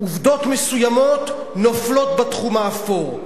עובדות מסוימות נופלות בתחום האפור,